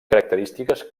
característiques